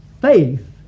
faith